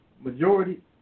majority